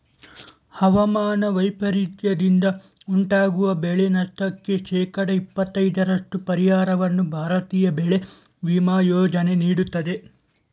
ಹವಾಮಾನ ವೈಪರೀತ್ಯದಿಂದ ಉಂಟಾಗುವ ಬೆಳೆನಷ್ಟಕ್ಕೆ ಶೇಕಡ ಇಪ್ಪತೈದರಷ್ಟು ಪರಿಹಾರವನ್ನು ಭಾರತೀಯ ಬೆಳೆ ವಿಮಾ ಯೋಜನೆ ನೀಡುತ್ತದೆ